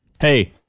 hey